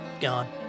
gone